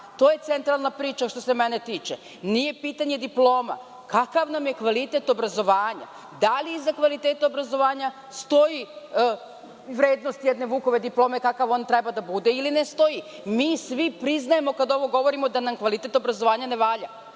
To je centralna priča što se mene tiče, nije pitanje diploma. Kakav nam je kvalitet obrazovanja? Da li iza kvaliteta obrazovanja stoji vrednost jedne Vukove diplome, kakav on treba da bude ili ne stoji? Mi svi priznajemo kada ovo govorimo da nam kvalitet obrazovanja ne valja,